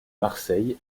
marseille